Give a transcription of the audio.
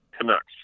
Canucks